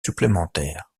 supplémentaires